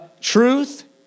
truth